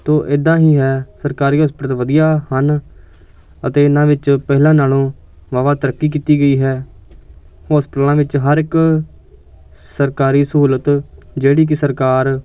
ਤੋ ਇੱਦਾਂ ਹੀ ਹੈ ਸਰਕਾਰੀ ਹੋਸਪਿਟਲ ਵਧੀਆ ਹਨ ਅਤੇ ਇਹਨਾਂ ਵਿੱਚ ਪਹਿਲਾਂ ਨਾਲੋਂ ਵਾਹ ਵਾਹ ਤਰੱਕੀ ਕੀਤੀ ਗਈ ਹੈ ਹੋਸਪਿਟਲਾਂ ਵਿੱਚ ਹਰ ਇੱਕ ਸਰਕਾਰੀ ਸਹੂਲਤ ਜਿਹੜੀ ਕਿ ਸਰਕਾਰ